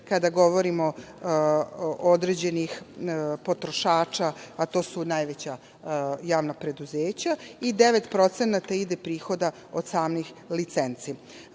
kada govorimo, od određenih potrošača, a to su najveća javna preduzeća i 9% prihoda ide od samih